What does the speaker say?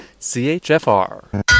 CHFR